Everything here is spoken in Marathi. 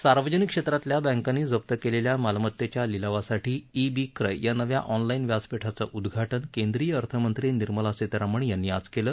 सार्वजनिक क्षेत्रातल्या बँकांनी जप्त केलेल्या मालमतेच्या लिलावासाठी ई बी क्रय या नव्या ऑनलाईन व्यासपीठाचं उदधाटन केंद्रीय अर्थमंत्री निर्मला सीतारामन यांनी आज केलं